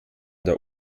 der